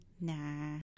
nah